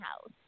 house